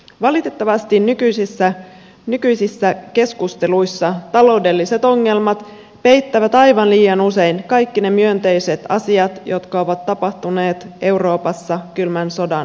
valitettavasti nykyisissä keskusteluissa taloudelliset ongelmat peittävät aivan liian usein kaikki ne myönteiset asiat jotka ovat tapahtuneet euroopassa kylmän sodan jälkeen